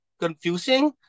confusing